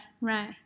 Right